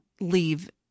leave